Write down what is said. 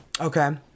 Okay